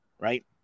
right